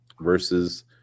versus